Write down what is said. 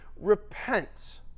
repent